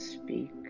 Speak